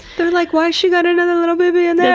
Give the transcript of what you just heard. they're like, why's she got another little baby in there!